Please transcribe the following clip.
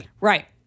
Right